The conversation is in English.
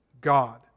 God